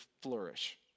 flourish